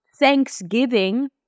Thanksgiving